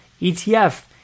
ETF